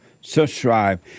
subscribe